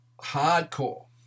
Hardcore